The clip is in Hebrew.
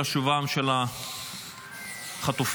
בכל עסקה שתובא לשולחן הממשלה על ידי הצוות בראשותם של ניצן